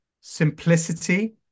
simplicity